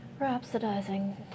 Rhapsodizing